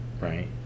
right